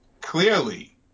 clearly